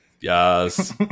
Yes